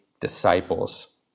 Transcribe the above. disciples